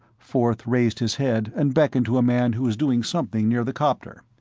forth raised his head and beckoned to a man who was doing something near the copter.